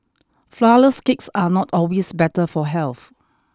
flourless cakes are not always better for health